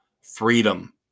Freedom